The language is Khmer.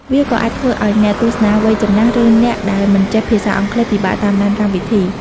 វាក៏អាចធ្វើឱ្យអ្នកទស្សនាវ័យចំណាស់ ឬអ្នកដែលមិនចេះភាសាអង់គ្លេសពិបាកតាមដានកម្មវិធី។